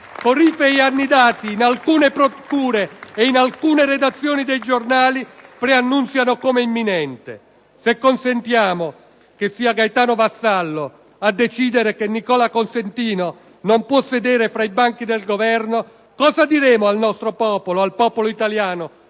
corifei annidati in alcune Procure e in alcune redazioni di giornali preannunziano come imminente. *(Applausi dal Gruppo PdL)*. Se consentiamo che sia Gaetano Vassallo a decidere che Nicola Cosentino non possa sedere tra i banchi del Governo, cosa diremo al nostro popolo, al popolo italiano,